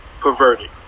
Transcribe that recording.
Perverted